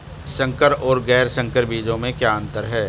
संकर और गैर संकर बीजों में क्या अंतर है?